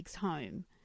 home